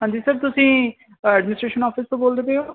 ਹਾਂਜੀ ਸਰ ਤੁਸੀਂ administration office ਤੋਂ ਬੋਲਦੇ ਹੋ